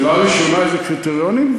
שאלה ראשונה, אילו קריטריונים?